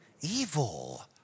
Evil